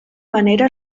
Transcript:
manera